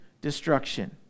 destruction